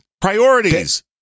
priorities